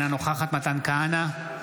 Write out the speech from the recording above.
אינה נוכחת מתן כהנא,